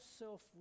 self